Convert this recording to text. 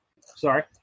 Sorry